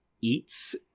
eats